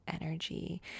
energy